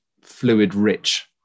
fluid-rich